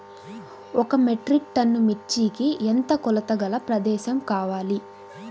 ఒక metric ton మిర్చికి ఎంత కొలతగల ప్రదేశము కావాలీ?